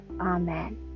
Amen